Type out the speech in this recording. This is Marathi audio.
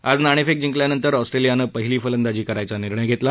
आज नाणेफेक जिंकल्यानंतर ऑस्ट्रेलियानं पहिली फलंदाजी करायचा निर्णय घेतला